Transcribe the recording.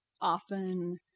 often